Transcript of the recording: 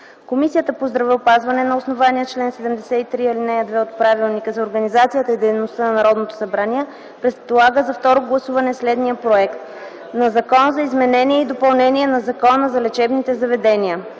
Комисията по здравеопазването на основание чл. 73, ал. 2 от Правилника за организацията и дейността на Народното събрание предлага за второ гласуване следния проект на Закон за изменение и допълнение на Закона за лечебните заведения.